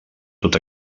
tot